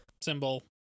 Symbol